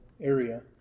area